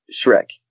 Shrek